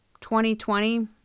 2020